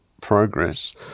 progress